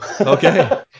okay